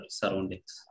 surroundings